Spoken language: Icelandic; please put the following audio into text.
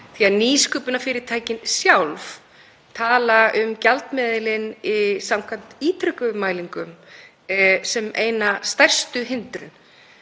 því að nýsköpunarfyrirtækin sjálf tala um gjaldmiðilinn samkvæmt ítrekuðum mælingum sem eina stærstu hindrun